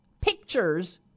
pictures